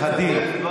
אל תפחדי.